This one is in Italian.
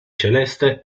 celeste